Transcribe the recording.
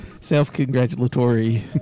Self-congratulatory